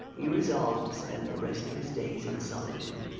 he resolved to spend the rest of his days in solitude.